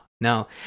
no